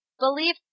believe